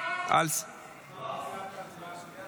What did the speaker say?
לא נקלטה ההצבעה שלי.